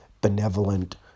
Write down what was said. benevolent